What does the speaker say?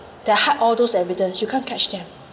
they hide all those evidence you can't catch them